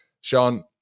Sean